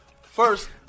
first